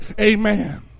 Amen